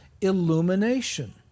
illumination